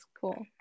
cool